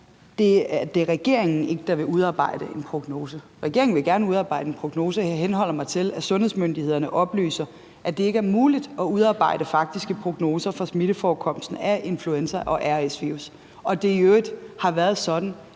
det er regeringen, der ikke vil udarbejde en prognose. Regeringen vil gerne udarbejde en prognose. Jeg henholder mig til, at sundhedsmyndighederne oplyser, at det ikke er muligt at udarbejde faktiske prognoser for smitteforekomsten af influenza og RS-virus, og at det i øvrigt har været sådan